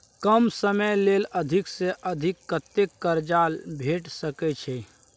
कम समय ले अधिक से अधिक कत्ते कर्जा भेट सकै छै?